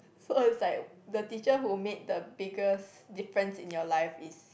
so was like the teacher who make the biggest difference in your life is